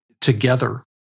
together